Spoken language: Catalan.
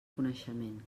coneixement